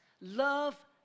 love